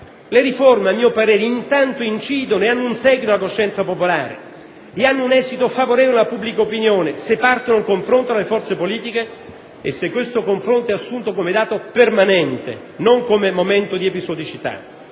Le riforme a mio parere intanto incidono e hanno un seguito nella coscienza popolare e hanno un esito favorevole nella pubblica opinione se partono da un confronto tra le forze politiche e se questo confronto è assunto come dato permanente, non come momento di episodicità.